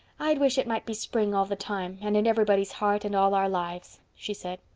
i'd wish it might be spring all the time and in everybody's heart and all our lives, she said.